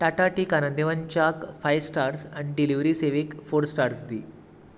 Tata tea Kanan Devan च्याक five stars आनी delivery सेवेक फोर स्टार्स दी